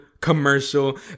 commercial